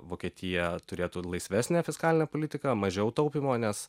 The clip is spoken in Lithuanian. vokietija turėtų laisvesnę fiskalinę politiką mažiau taupymo nes